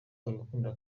abikunda